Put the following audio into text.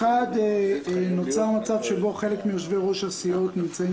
ראשית נוצר מצב שחלק מיושבי ראש הסיעות נמצאים